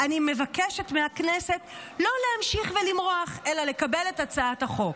אני מבקשת מהכנסת לא להמשיך ולמרוח אלא לקבל את הצעת החוק.